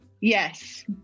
Yes